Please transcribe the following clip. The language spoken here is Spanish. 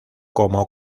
como